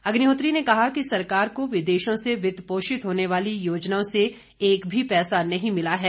अग्निहोत्री ने कहा कि सरकार को विदेशों से वित्तपोषित होने वाली योजनाओं से एक भी पैसा नहीं मिला है